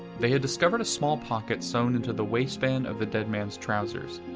they had discovered a small pocket sewn into the waistband of the dead man's trousers.